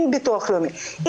אם ביטוח לאומי,